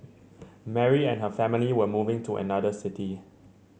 Mary and her family were moving to another city